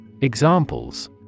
Examples